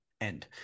end